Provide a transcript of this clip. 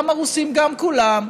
גם הרוסים וגם כולם,